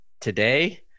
today